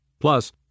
Plus